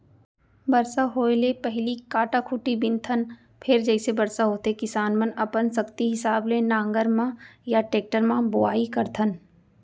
बरसा होए ले पहिली कांटा खूंटी बिनथन फेर जइसे बरसा होथे किसान मनअपन सक्ति हिसाब ले नांगर म या टेक्टर म बोआइ करथन